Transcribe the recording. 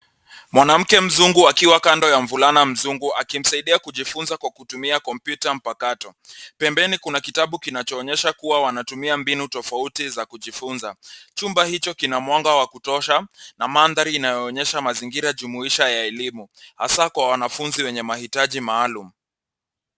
Mwanamke mzungu akiwa kando ya mvulana mzungu, akimsaidia kujifunza kwa kutumia kompyuta mpakato. Pembeni kuna kitabu kinachoonyesha kuwa wanatumia mbinu tofauti za kujifunza. Chumba hicho kila mwanga wa kutosha na mandhari yanayoonyesha mazingira jumuisha ya elimu, hasa kwa wanafunzi wenye mahitaji maalum.